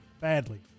badly